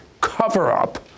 cover-up